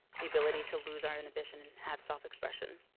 the ability to lose our inhibition and have self-expression.